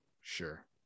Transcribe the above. sure